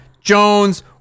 Jones